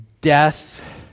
death